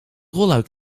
rolluik